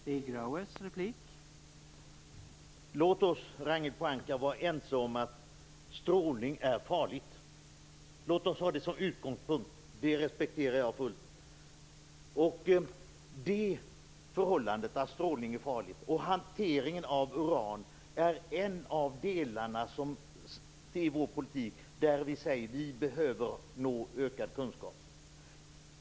Herr talman! Låt oss, Ragnhild Pohanka, vara ense om att strålning är farligt. Låt oss ha det som utgångspunkt. Förhållandet att strålning är farligt liksom hanteringen av uran är en av delarna i vår politik där vi säger: Vi behöver nå ökad kunskap.